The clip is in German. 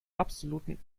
absoluten